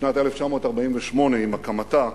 בשנת 1948, עם הקמתה,